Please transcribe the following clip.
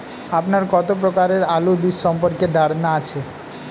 আপনার কত প্রকারের আলু বীজ সম্পর্কে ধারনা আছে?